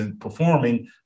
performing